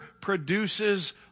produces